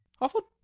Awful